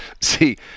see